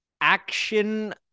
action